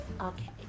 Okay